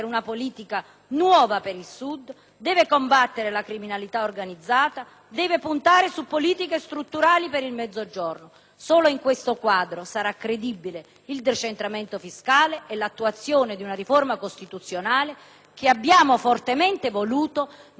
e contro la criminalità organizzata e puntare a politiche strutturali per il Mezzogiorno. Solo in questo quadro sarà credibile il decentramento fiscale e l'attuazione di una riforma costituzionale da noi fortemente voluta nel segno della cooperazione,